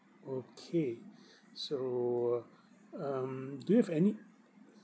okay so um do you have any